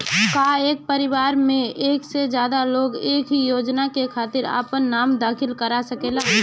का एक परिवार में एक से ज्यादा लोग एक ही योजना के खातिर आपन नाम दाखिल करा सकेला?